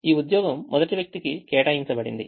ఈ ఉద్యోగం మొదటి వ్యక్తికి కేటాయించబడింది